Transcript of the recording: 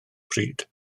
pryd